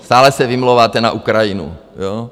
Stále se vymlouváte na Ukrajinu, jo.